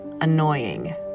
annoying